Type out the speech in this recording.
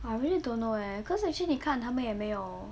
I really don't know leh cause actually 你看他们也没有